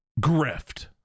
grift